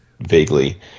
vaguely